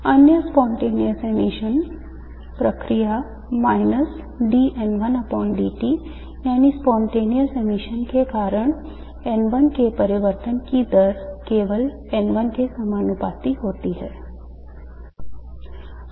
अन्य spontaneous emission प्रक्रिया minus d N1dt यानी spontaneous emission के कारण N1 के परिवर्तन की दर केवल संख्या N1 के समानुपाती होती है